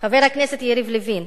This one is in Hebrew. חבר הכנסת יריב לוין,